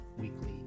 Weekly